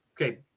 Okay